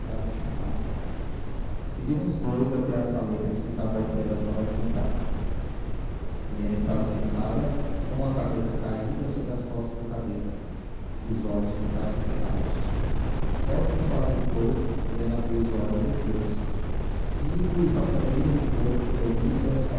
mandasse chamar seguiram os dois até à saleta que ficava ao pé da sala de jantar helena estava sentada com a cabeça caída sobre as costas da cadeira e os olhos metade cerrados logo que o padre entrou helena abriu os olhos e ergueu-se vivo e passageiro rubor coloriu lhe as